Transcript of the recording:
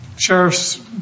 sheriff's